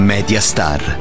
Mediastar